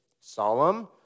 Solemn